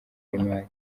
y’imari